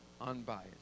unbiased